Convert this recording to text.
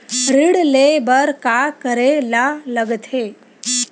ऋण ले बर का करे ला लगथे?